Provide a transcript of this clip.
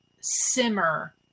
simmer